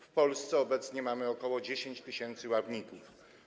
W Polsce obecnie mamy ok. 10 tys. ławników.